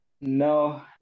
No